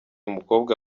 umukobwa